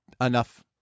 enough